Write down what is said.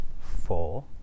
four